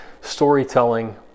storytelling